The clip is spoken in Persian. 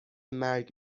مرگ